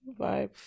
Vibe